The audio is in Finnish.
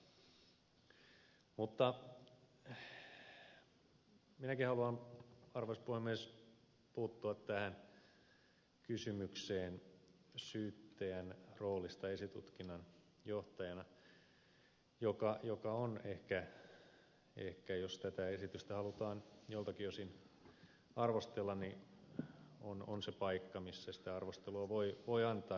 minäkin haluan arvoisa puhemies puuttua tähän kysymykseen syyttäjän roolista esitutkinnan johtajana mikä on ehkä jos tätä esitystä halutaan joiltakin osin arvostella se paikka missä sitä arvostelua voi antaa